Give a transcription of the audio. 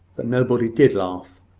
that nobody did laugh.